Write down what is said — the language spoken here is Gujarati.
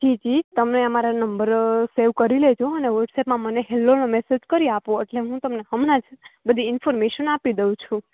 જીજી તમે અમારા નંબર સેવ કરી લેજો અને વોટ્સેપમાં મને હેલોનો મેસેજ કરી આપો એટલે હું તમને હમણાંજ બધી ઇન્ફોર્મેશન આપી દઉં છું